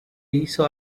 hizo